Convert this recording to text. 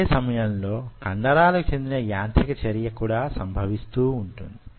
అదే సమయంలో కండరాలకు చెందిన యాంత్రిక చర్య కూడా సంభవిస్తూ వుంటుంది